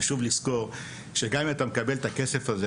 חשוב לזכור שגם אם אתה מקבל את הכסף הזה,